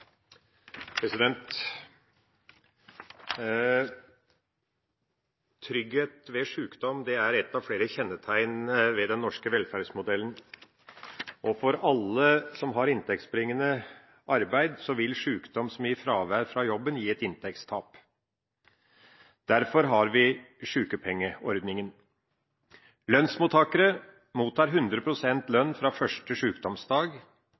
et av flere kjennetegn ved den norske velferdsmodellen. Og for alle som har inntektsbringende arbeid, vil sykdom som gir fravær fra jobben, gi et inntektstap. Derfor har vi sykepengeordningen. Lønnsmottakere mottar